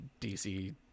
DC